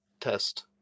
test